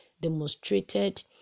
demonstrated